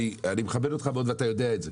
אני מכבד אותך מאוד ואתה יודע את זה.